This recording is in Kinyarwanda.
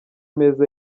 meza